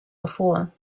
before